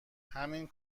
همین